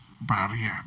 barrier